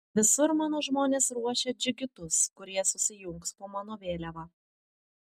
visur mano žmonės ruošia džigitus kurie susijungs po mano vėliava